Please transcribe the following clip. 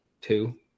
Two